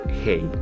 hey